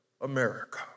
America